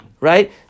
Right